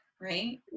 right